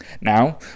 Now